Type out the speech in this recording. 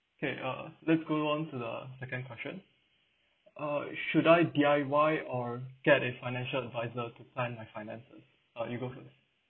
okay uh let's go on to the second question uh should I D_I_Y or get a financial advisor to plan my finances uh you go first